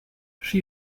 she